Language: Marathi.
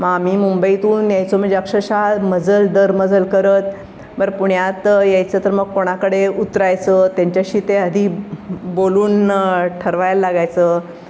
मग आम्ही मुंबईतून यायचो म्हणजे अक्षरशः मजल दरमजल करत बरं पुण्यात यायचं तर मग कोणाकडे उतरायचं त्यांच्याशी ते आधी बोलून ठरवायला लागायचं